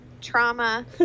trauma